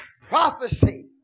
prophecy